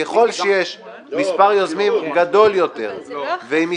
ככל שיש מספר יוזמים גדול יותר ומספר